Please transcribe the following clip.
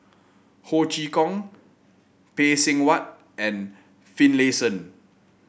Ho Chee Kong Phay Seng Whatt and Finlayson